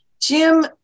Jim